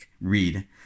read